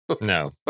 no